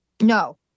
no